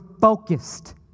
focused